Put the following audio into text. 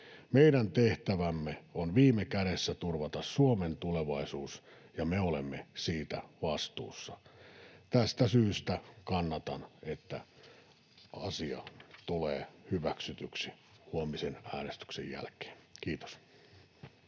Meidän tehtävämme on viime kädessä turvata Suomen tulevaisuus, ja me olemme siitä vastuussa. Tästä syystä kannatan, että asia tulee hyväksytyksi huomisen äänestyksen jälkeen. — Kiitos.